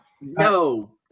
no